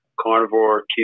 carnivore